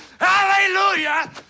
Hallelujah